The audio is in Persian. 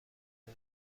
نفر